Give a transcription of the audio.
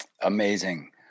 Amazing